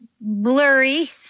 blurry